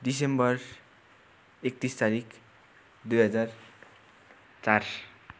दिसम्बर एक्तिस तारिक दुई हजार चार